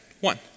one